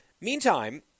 meantime